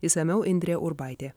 išsamiau indrė urbaitė